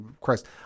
Christ